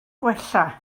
gwella